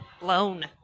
blown